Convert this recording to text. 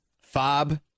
Fob